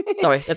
Sorry